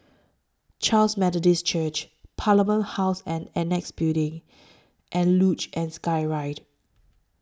Charis Methodist Church Parliament House and Annexe Building and Luge and Skyride